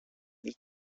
this